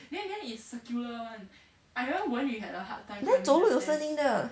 then 走路有声音的